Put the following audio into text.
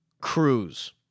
Cruz